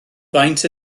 faint